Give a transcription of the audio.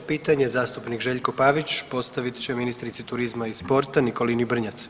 34 pitanje zastupnik Željko Pavić postavit će ministrici turizma i sporta Nikolini Brnjac.